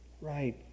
Right